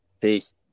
Peace